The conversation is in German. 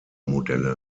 modelle